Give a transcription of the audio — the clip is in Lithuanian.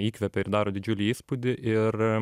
įkvepia ir daro didžiulį įspūdį ir